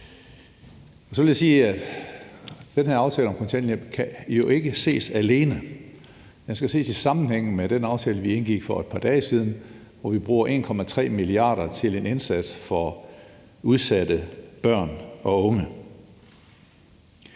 Så vil jeg sige, at den her aftale om kontanthjælp jo ikke kan ses alene. Den skal ses i sammenhæng med den aftale, vi indgik for et par dage siden, hvor vi bruger 1,3 mia. kr. til en indsats for udsatte børn og unge.